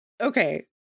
Okay